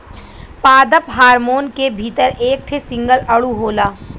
पादप हार्मोन के भीतर एक ठे सिंगल अणु होला